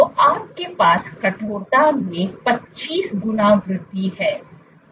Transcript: तो आपके पास कठोरता में 25 गुना वृद्धि है